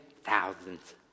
thousands